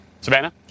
Savannah